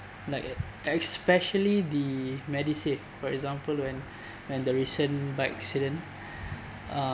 like uh especially the MediSave for example when when the recent bike accident uh